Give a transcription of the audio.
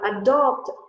adopt